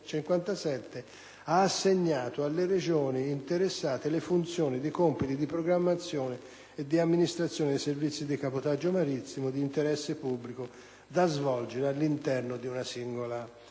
57, ha assegnato alle Regioni interessate le funzioni ed i compiti di programmazione e di amministrazione dei servizi di cabotaggio marittimo di interesse pubblico da svolgere all'interno di una singola Regione